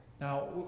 Now